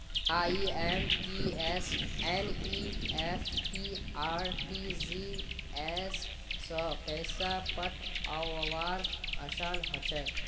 IMPS NEFT RTGS स पैसा पठऔव्वार असान हछेक